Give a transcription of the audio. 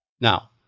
Now